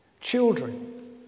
Children